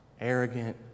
arrogant